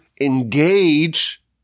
engage